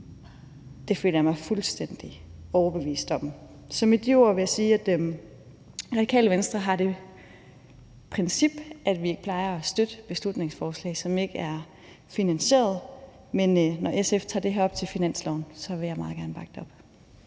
Det føler jeg mig fuldstændig overbevist om. Så med de ord vil jeg sige, at Radikale Venstre har det princip, at vi ikke støtter beslutningsforslag, som ikke er finansieret. Men når SF tager det her op til finansloven, vil jeg meget gerne bakke op